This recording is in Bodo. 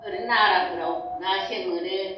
ओरैनो नाराफोराव ना सें मोनो